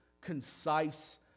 concise